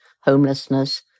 homelessness